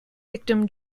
victim